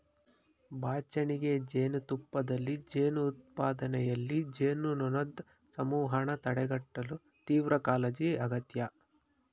ಬಾಚಣಿಗೆ ಜೇನುತುಪ್ಪದಲ್ಲಿ ಜೇನು ಉತ್ಪಾದನೆಯಲ್ಲಿ, ಜೇನುನೊಣದ್ ಸಮೂಹನ ತಡೆಗಟ್ಟಲು ತೀವ್ರಕಾಳಜಿ ಅಗತ್ಯ